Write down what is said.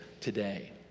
today